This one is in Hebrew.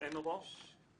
שזה רשות שוק ההון,